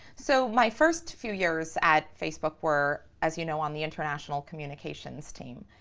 so my first few years at facebook were, as you know, on the international communications team.